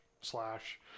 slash